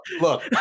look